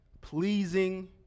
pleasing